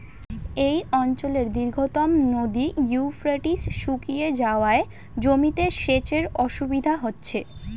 এই অঞ্চলের দীর্ঘতম নদী ইউফ্রেটিস শুকিয়ে যাওয়ায় জমিতে সেচের অসুবিধে হচ্ছে